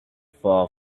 far